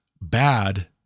bad